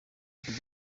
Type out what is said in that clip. ugira